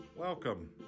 Welcome